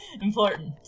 Important